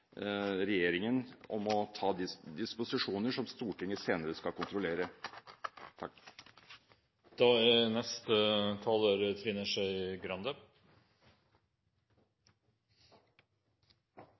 regjeringen for å foreta disposisjoner som Stortinget senere skal kontrollere.